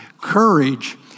Courage